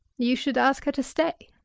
you should ask her to stay.